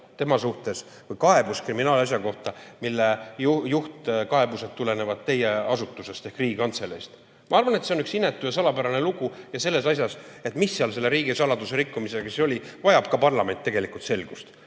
tema suhtes või kaebus kriminaalasja kohta, mille juhtkaebused tulevad teie asutusest ehk Riigikantseleist. Ma arvan, et see on üks inetu ja salapärane lugu. Ja selles asjas, mis seal selle riigisaladuse rikkumisega siis oli, vajab ka parlament tegelikult selgust.